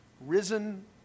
risen